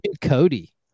Cody